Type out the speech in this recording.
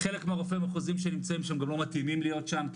חלק מהרופאים המחוזיים שנמצאים שם לא מתאימים להיות שם,